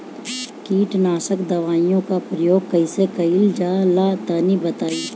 कीटनाशक दवाओं का प्रयोग कईसे कइल जा ला तनि बताई?